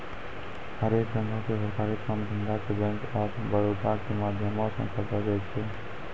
हरेक रंगो के सरकारी काम धंधा के बैंक आफ बड़ौदा के माध्यमो से करलो जाय छै